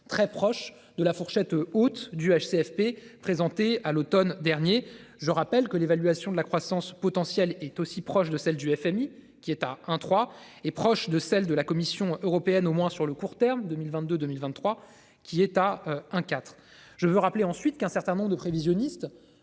très proches de la fourchette haute du HCFP présenté à l'Automne dernier. Je rappelle que l'évaluation de la croissance potentielle est aussi proche de celle du FMI, qui est à 1 3 est proche de celle de la Commission européenne au moins sur le court terme 2022 2023 qui est à un 4. Je veux rappeler ensuite qu'un certain nombre de prévisionnistes